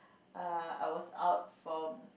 err I was out from